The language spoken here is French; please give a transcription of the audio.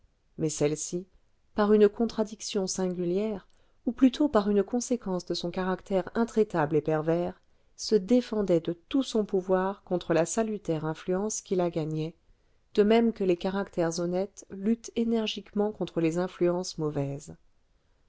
mais celle-ci par une contradiction singulière ou plutôt par une conséquence de son caractère intraitable et pervers se défendait de tout son pouvoir contre la salutaire influence qui la gagnait de même que les caractères honnêtes luttent énergiquement contre les influences mauvaises